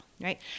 right